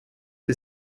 que